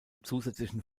zusätzlichen